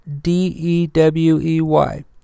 D-E-W-E-Y